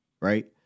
right